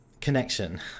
connection